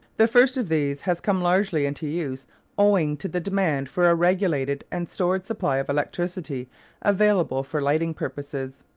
the first of these has come largely into use owing to the demand for a regulated and stored supply of electricity available for lighting purposes.